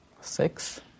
Six